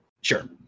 Sure